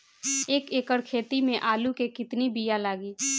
एक एकड़ खेती में आलू के कितनी विया लागी?